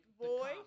boy